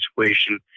situation